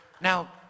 now